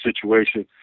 situation